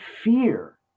fear